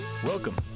Welcome